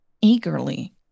eagerly